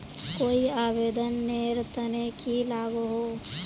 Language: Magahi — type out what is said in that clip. कोई आवेदन नेर तने की लागोहो?